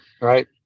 Right